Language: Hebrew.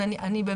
אז אני פשוט,